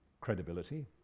credibility